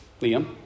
Liam